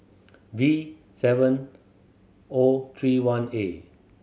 V seven O three one A